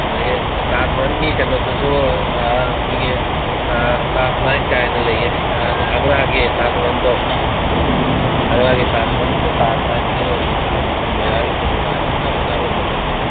ꯑꯗꯒꯤ ꯇꯥꯖ ꯃꯍꯜꯒꯤ ꯀꯩꯅꯣꯗꯨꯁꯨ ꯑꯩꯈꯣꯏꯒꯤ ꯇꯥꯖ ꯅꯥꯏꯠꯀꯥꯏꯅ ꯂꯩꯌꯦ ꯑꯒ꯭ꯔꯥꯒꯤ ꯇꯥꯖ ꯃꯍꯜꯗꯣ ꯑꯒ꯭ꯔꯥꯒꯤ ꯇꯥꯖ ꯃꯍꯜꯗꯨꯗ ꯇꯥꯖ ꯅꯥꯏꯠꯀꯤ ꯀꯩꯅꯣꯅꯤ ꯃꯦꯔꯥꯒꯤ ꯄꯨꯔꯅꯤꯃꯥꯁꯦ ꯆꯞ ꯆꯥꯕ ꯃꯇꯝꯅꯤ